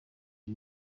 uyu